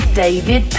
David